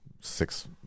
six